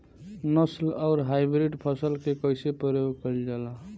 नस्ल आउर हाइब्रिड फसल के कइसे प्रयोग कइल जाला?